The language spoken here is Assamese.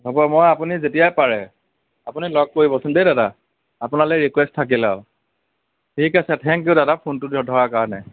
হ'ব মই আপুনি যেতিয়াই পাৰে আপুনি লগ কৰিবচোন দেই দাদা আপোনালৈ ৰিকুৱেষ্ট থাকিল আৰু ঠিক আছে থেংক ইউ দাদা ফোনটো যে ধৰাৰ কাৰণে